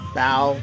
bow